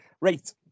Right